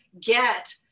get